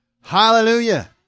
Hallelujah